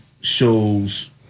shows